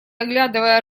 оглядывая